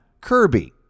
kirby